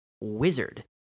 wizard